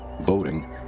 voting